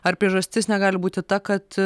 ar priežastis negali būti ta kad